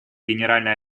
генеральной